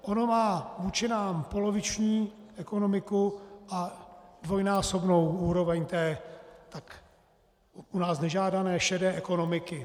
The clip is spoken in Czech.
Ono má vůči nám poloviční ekonomiku a dvojnásobnou úroveň té u nás nežádané šedé ekonomiky.